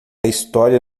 história